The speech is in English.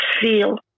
feel